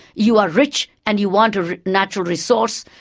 you are rich and you want a natural resource.